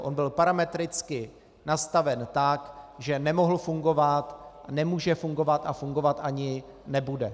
On byl parametricky nastaven tak, že nemohl fungovat, nemůže fungovat a fungovat ani nebude.